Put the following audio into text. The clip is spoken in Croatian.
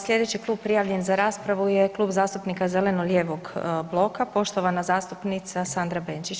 Slijedeći klub prijavljen za raspravu za Klub zastupnika zeleno-lijevog bloka, poštovana zastupnica Sandra Benčić.